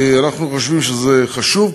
אנחנו חושבים שזה חשוב,